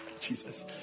Jesus